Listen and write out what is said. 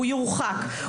הוא יורחק,